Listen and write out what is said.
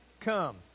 come